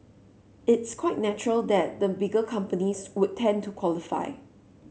it's quite natural that the bigger companies would tend to qualify